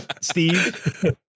Steve